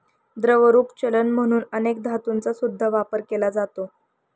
द्रवरूप चलन म्हणून अनेक धातूंचा सुद्धा वापर केला जातो